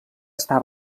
està